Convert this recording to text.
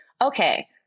okay